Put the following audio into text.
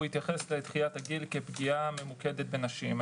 הוא התייחס לדחיית הגיל כפגיעה ממוקדת בנשים.